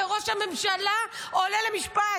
כשראש הממשלה עולה למשפט,